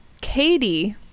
katie